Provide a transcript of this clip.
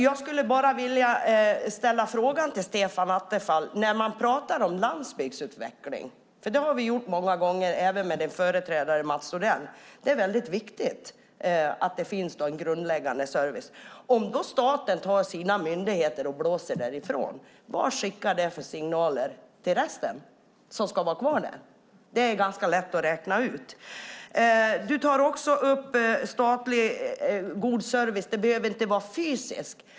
Jag vill ställa en fråga till Stefan Attefall. Vi har talat om landsbygdsutveckling många gånger, även med din företrädare Mats Odell. Det är viktigt att det finns en grundläggande service. Om staten tar sina myndigheter och drar därifrån, vad skickar det för signaler till dem som ska vara kvar? Det är ganska lätt att räkna ut. Du säger att statlig god service inte behöver vara fysisk.